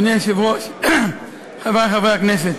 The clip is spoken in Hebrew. אדוני היושב-ראש, חברי חברי הכנסת,